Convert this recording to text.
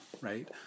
right